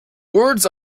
words